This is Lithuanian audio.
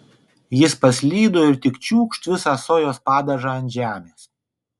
jis paslydo ir tik čiūkšt visą sojos padažą ant žemės